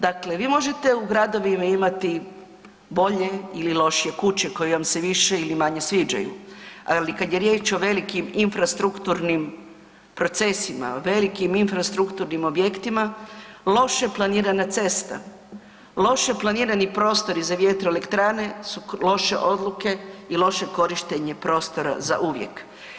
Dakle, vi možete u gradovima imati bolje ili lošije kuće koje vam se više ili manje sviđaju, ali kad je riječ o velikim infrastrukturnim procesima, velikim infrastrukturnim objektima, loše planirana cesta, loše planirani prostori za vjetroelektrane su loše odluke i loše korištenje prostora za uvijek.